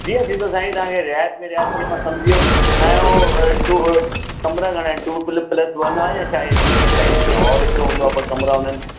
जीअं थींदो साईं तव्हांखे रियाइत में रियाइत जीअं मां सम्झी वियुमि तव्हांजो टू कमिरा घणा आहिनि टू प्ल प्लस वन आहे या छा आहे कीअं आहे साईं जीअं हॉल हिकिड़ो हूंदो आहे ॿ कमिरा हूंदा आहिनि